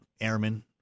airmen